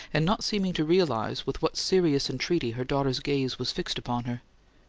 and not seeming to realize with what serious entreaty her daughter's gaze was fixed upon her.